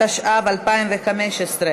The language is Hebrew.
התשע"ו 2015,